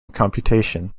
computation